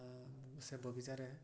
ସେ ବଗିଚାରେ